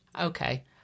Okay